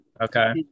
Okay